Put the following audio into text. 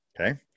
Okay